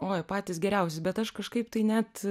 oi patys geriausi bet aš kažkaip tai net